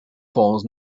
falls